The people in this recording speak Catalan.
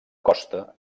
costa